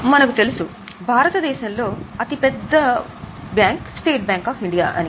మనకు తెలుసు భారతదేశంలో అతిపెద్ద bank state bank of India అని